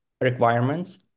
requirements